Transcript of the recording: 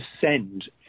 send